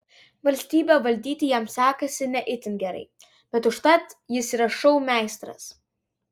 valstybę valdyti jam sekasi ne itin gerai bet užtat jis yra šou meistras